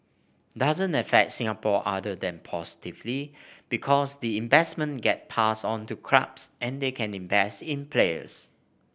doesn't affect Singapore other than positively because the investment gets passed on to clubs and they can invest in players